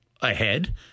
ahead